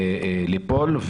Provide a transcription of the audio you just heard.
ליפול.